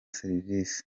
serivisi